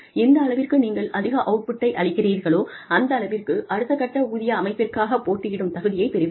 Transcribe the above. எந்தளவிற்கு நீங்கள் அதிக அவுட்புட்டை அளிக்கிறீர்களோ அந்தளவிற்கு அடுத்த கட்ட ஊதிய அமைப்பிற்காகப் போட்டியிடும் தகுதியை பெறுவீர்கள்